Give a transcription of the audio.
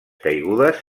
caigudes